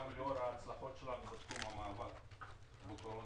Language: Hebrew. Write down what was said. גם לאור ההצלחות שלנו בתחום המאבק בקורונה,